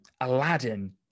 aladdin